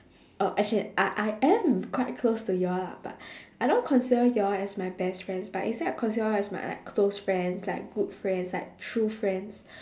oh as in I am quite close to you all lah but I don't consider you all as my best friends but instead I consider you all as my like close friends like good friends like true friends